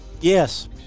Yes